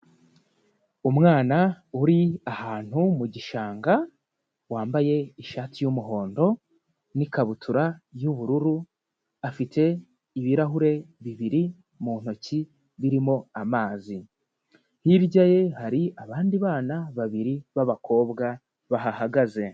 Umwana uri ahantu mu gishanga wambaye ishati y'umuhondo n'ikabutura y'ubururu, afite ibirahure bibiri mu ntoki birimo amazi. Hirya ye hari abandi bana babiri b'abakobwa bahagaze.